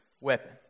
weapon